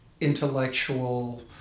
intellectual